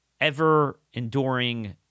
ever-enduring